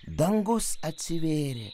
dangus atsivėrė